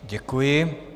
Děkuji.